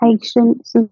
patience